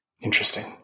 Interesting